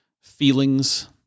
feelings